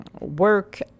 work